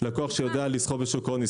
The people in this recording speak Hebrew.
לקוח שיודע לסחור בשוק ההון,